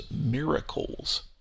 miracles